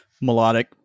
melodic